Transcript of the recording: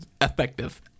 effective